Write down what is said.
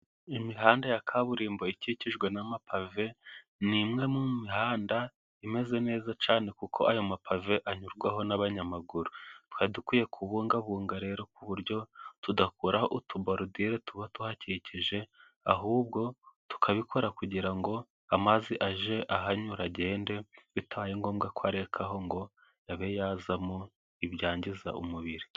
imihanda ya kaburimbo ikikijwe na mapave ni imwe mu mihanda imeze neza cyane, kuko ayo mapave anyurwaho n'abanyamaguru. Twari dukwiye kubungabunga rero ku buryo tudakuraho utuborudire tuba tuhakikije, ahubwo tukabikora kugira ngo amazi ajye ahanyura agende bitabaye ngombwa ko arekaho ngo abe yazamo ibyangiza umubiri.